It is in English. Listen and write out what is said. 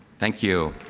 thank you.